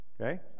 Okay